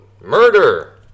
murder